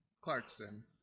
Clarkson